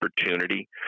opportunity